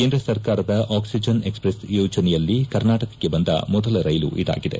ಕೇಂದ್ರ ಸರ್ಕಾರದ oxygen express ಯೋಜನೆಯಲ್ಲಿ ಕರ್ನಾಟಕಕ್ಕೆ ಬಂದ ಮೊದಲ ರೈಲು ಇದಾಗಿದೆ